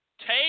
Take